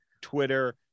twitter